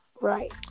right